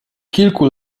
kilku